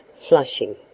flushing